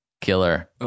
Killer